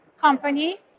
company